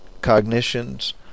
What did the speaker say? cognitions